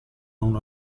uno